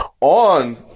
on